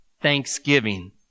thanksgiving